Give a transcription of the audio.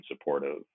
supportive